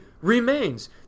remains